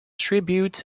tribute